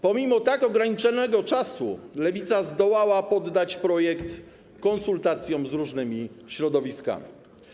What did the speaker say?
Pomimo tak ograniczonego czasu Lewica zdołała poddać projekt konsultacjom z różnymi środowiskami.